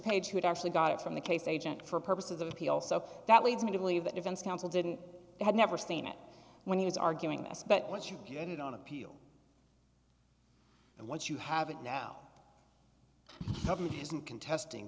who actually got it from the case agent for purposes of appeal so that leads me to believe that defense counsel didn't have never seen it when he was arguing this but once you get it on appeal and once you have it now isn't contesting